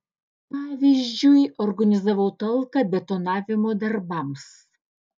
pavyzdžiui organizavau talką betonavimo darbams